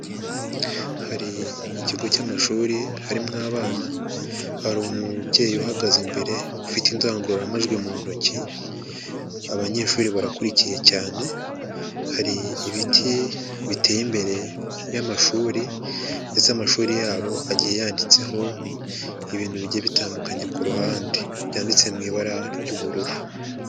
Hari ikigo cy'amashuri harimo abana, hari umubyeyi uhagaze imbere ufite indangururamajwi mu ntoki, abanyeshuri barakurikiye cyane, hari ibiti biteye imbere y'amashuri ndetse amashuri yabo agiye yanditseho ibintu bigiye bitandukanye ku ruhande byanditse mu ibara ry'ubururu.